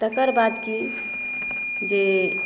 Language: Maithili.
तकर बाद की जे